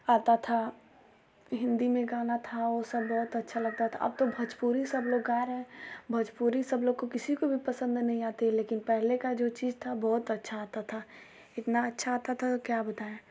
आता था हिंदी में गाना था वो सब बहुत अच्छा लगता था अब तो भोजपुरी सब लोग गा रहे हैं भोजपुरी सब लोग को किसी लोग को भी पसंद नहीं आती लेकिन पहले का जो चीज़ था बहुत अच्छा आता था इतना अच्छा आता था क्या बताएँ